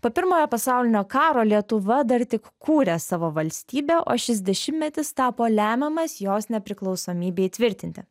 po pirmojo pasaulinio karo lietuva dar tik kūrė savo valstybę o šis dešimtmetis tapo lemiamas jos nepriklausomybei įtvirtinti